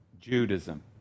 Judaism